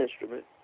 instrument